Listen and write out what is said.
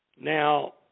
Now